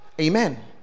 amen